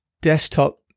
desktop